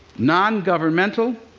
non-governmental,